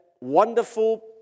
wonderful